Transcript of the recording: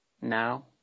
now